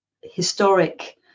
historic